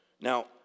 Now